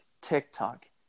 TikTok